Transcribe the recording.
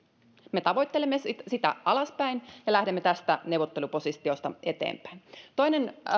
me tavoittelemme sitä sitä alaspäin ja lähdemme tästä neuvottelupositiosta eteenpäin toinen